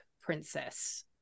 princess